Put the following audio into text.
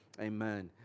Amen